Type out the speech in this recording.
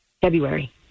February